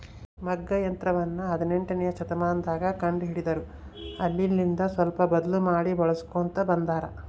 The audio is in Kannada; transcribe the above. ಮಗ್ಗ ಯಂತ್ರವನ್ನ ಹದಿನೆಂಟನೆಯ ಶತಮಾನದಗ ಕಂಡು ಹಿಡಿದರು ಅಲ್ಲೆಲಿಂದ ಸ್ವಲ್ಪ ಬದ್ಲು ಮಾಡಿ ಬಳಿಸ್ಕೊಂತ ಬಂದಾರ